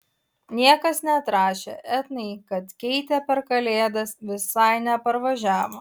niekas neatrašė etnai kad keitė per kalėdas visai neparvažiavo